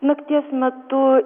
nakties metu